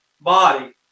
body